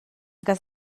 cas